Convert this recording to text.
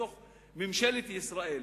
בתוך ממשלת ישראל,